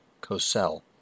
Cosell